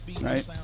right